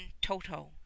toto